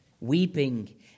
weeping